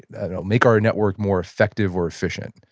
make our network more effective or efficient?